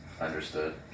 Understood